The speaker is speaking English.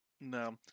No